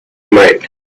mind